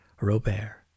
Robert